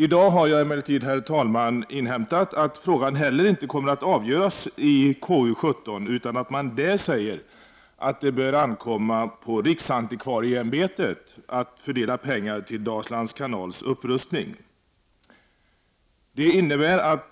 I dag har jag emellertid, herr talman, inhämtat att frågan inte kommer att avgöras heller i konstitutionsutskottets betänkande nr 17 utan att man från konstitutionsutskottet säger att det bör ankomma på riksantikvarieämbetet att fördela pengar till Dalslands kanals upprustning. Det innebär att